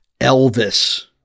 Elvis